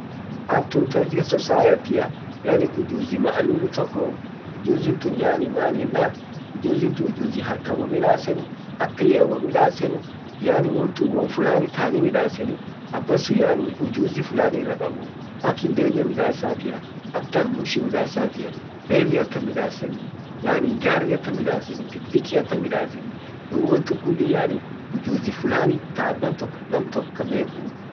art tun taishia societtia yaani ujuzi maalumu tokko, ujuzintun yaani maani ennan ujuzin taharkan womidasenu, aklian womidasenu, yaani wontum wom fulani taani midaseni abbansun yaani ujuzi fulani irra kaabu, ak hindege midasatia, ak tarmushi midasatia, meli atam midaseni, yaani garri atam midaseni, pikipiki atam midaseni dub wontun yaani ujuzi fulani taaban tok namtok bek.